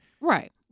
Right